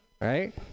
Right